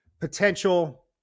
potential